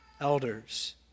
elders